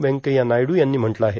व्यंकय्या नायडू यांनी म्हटलं आहे